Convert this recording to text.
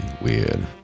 weird